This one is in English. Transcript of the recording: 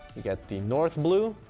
you got the north blue,